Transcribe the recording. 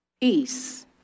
Peace